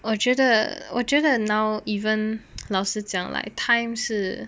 我觉得我觉得 now even 老师讲 like time 是